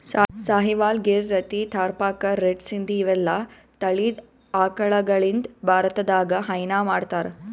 Sahiwal, Gir, Rathi, Tharparkar, red Sindhi ಇವೆಲ್ಲಾ ತಳಿದ್ ಆಕಳಗಳಿಂದ್ ಭಾರತದಾಗ್ ಹೈನಾ ಮಾಡ್ತಾರ್